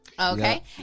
Okay